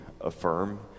affirm